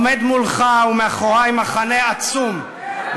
עומד מולך ומאחורי מחנה עצום.